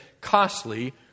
costly